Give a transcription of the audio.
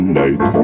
night